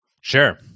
Sure